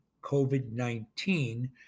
COVID-19